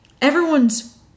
Everyone's